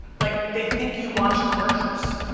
like they think you watch commercials.